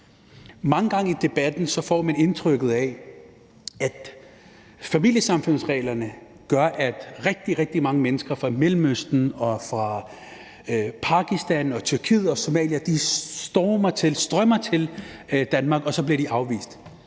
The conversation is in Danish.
man lytter til debatten, får man indtrykket af, at familiesammenføringsreglerne gør, at rigtig, rigtig mange mennesker fra Mellemøsten og fra Pakistan, Tyrkiet og Somalia strømmer til Danmark, og så bliver de afvist.